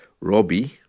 Robbie